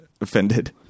offended